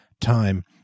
Time